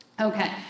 Okay